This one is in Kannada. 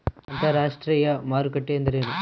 ಅಂತರಾಷ್ಟ್ರೇಯ ಮಾರುಕಟ್ಟೆ ಎಂದರೇನು?